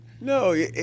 No